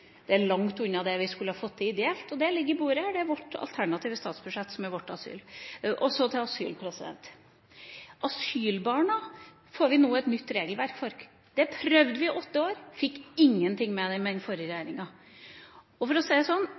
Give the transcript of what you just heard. Det er langt unna det vi skulle fått til ideelt sett. Det ligger på bordet her – det er vårt alternative statsbudsjett som er vårt forslag. Så til asylfeltet. For asylbarna får vi nå et nytt regelverk. Det prøvde vi i åtte år, og fikk ingenting til med den forrige regjeringa. For å si det sånn: